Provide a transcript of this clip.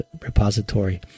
repository